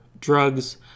drugs